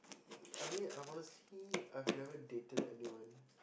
I mean I'm honestly I've never dated anyone